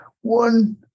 one